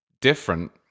different